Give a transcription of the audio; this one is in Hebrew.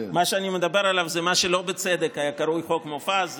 מה שאני מדבר עליו זה מה שלא בצדק היה קרוי חוק מופז,